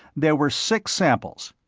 there were six samples.